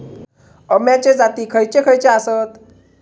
अम्याचे जाती खयचे खयचे आसत?